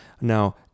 now